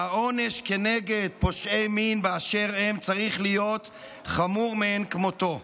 והעונש כנגד פושעי מין באשר הם צריך להיות חמור מאין כמותו.